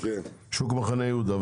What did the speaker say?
שוק מחנה יהודה.